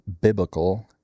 biblical